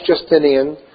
Justinian